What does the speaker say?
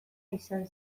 izan